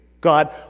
God